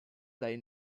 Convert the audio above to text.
dai